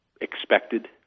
expected